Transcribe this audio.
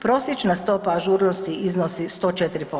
Prosječna stopa ažurnosti iznosi 104%